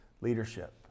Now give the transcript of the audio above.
leadership